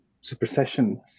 supersession